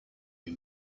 you